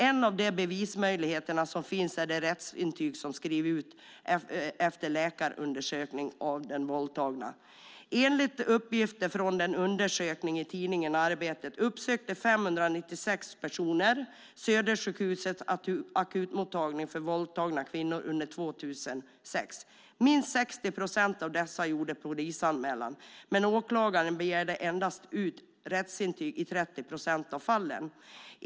En av de bevismöjligheter som finns är de rättsintyg som skrivs efter läkarundersökning av den våldtagna. Enligt uppgifter från en undersökning i tidningen Arbetaren uppsökte 596 personer Södersjukhusets akutmottagning för våldtagna kvinnor under 2006. Minst 60 procent av dessa gjorde polisanmälan, men åklagare begärde endast ut rättsintyg i 30 procent av fallen.